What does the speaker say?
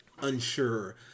unsure